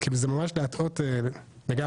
אז זה כאילו ממש להטעות לגמרי.